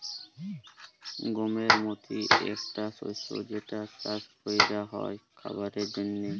গমের মতি একটা শস্য যেটা চাস ক্যরা হ্যয় খাবারের জন্হে